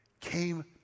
came